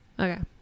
Okay